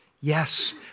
yes